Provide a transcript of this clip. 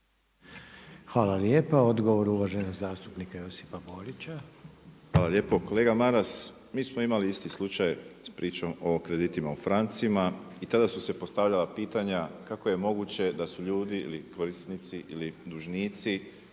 Hvala lijepa. Odgovor uvaženog zastupnika Josipa Borića. **Borić, Josip (HDZ)** Hvala lijepo. Kolega Maras, mi smo imali isti slučaj s pričom o kreditima o francima i tada su se postavljala pitanja, kako je moguće da su ljudi ili korisnici ili dužnici